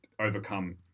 overcome